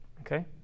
Okay